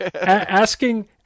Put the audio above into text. Asking